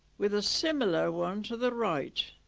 with a similar one to the right